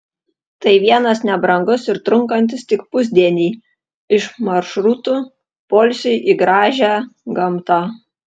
tai vienas nebrangus ir trunkantis tik pusdienį iš maršrutų poilsiui į gražią gamtą